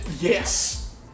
yes